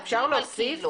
אפשר להוסיף,